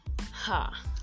Ha